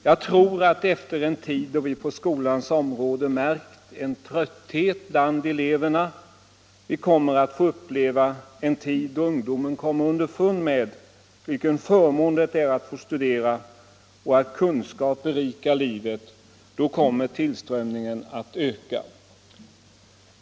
Jag tror att vi, efter en tid då vi på skolans område märkt en trötthet bland eleverna, kommer att få uppleva en tid då ungdomen kommer underfund med vilken förmån det är att få studera och att kunskaper berikar livet. Då kommer tillströmningen till skolorna att öka.